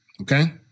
okay